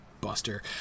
buster